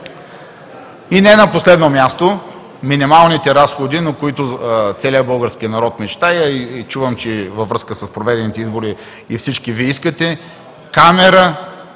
И не на последно място – минималните разходи, за които целият български народ мечтае. Чувам, че във връзка с проведените избори всички Вие искате камера